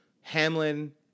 Hamlin